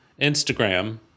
Instagram